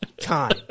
time